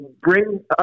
bring